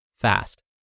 fast